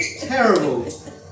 Terrible